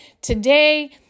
today